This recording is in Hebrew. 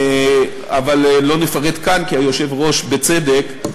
אבל לא נפרט כאן, כי היושב-ראש, בצדק,